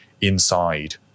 inside